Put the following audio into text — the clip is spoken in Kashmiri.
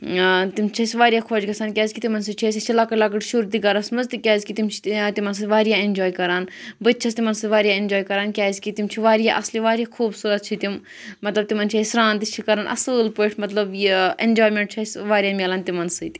ٲں تِم چھِ اسہِ واریاہ خۄش گژھان کیازِ کہِ تِمن سۭتۍ چھِ اسہِ اسہِ چھِ لَکٕٹۍ لَکٕٹۍ شُرۍ تہِ گھرَس منٛز تِکیازِ کہِ تِم چھِ ٲں تِمن سۭتۍ واریاہ ایٚنجواے کران بہٕ تہِ چھَس تِمن سۭتۍ واریاہ ایٚنجواے کران کیازِ کہِ تِم چھِ واریاہ اصلہِ واریاہ خوٗبصوٗرت چھِ تِم مطلب تِمن چھِ أسۍ سرٛان تہِ چھِ کران اصل پٲٹھۍ مطلب یہِ ایٚنجوایمیٚنٹ چھِ اسہِ واریاہ میلان تِمن سۭتۍ